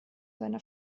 seiner